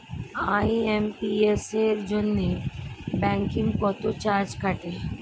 IMPS এর জন্য bank কত চার্জ কাটে?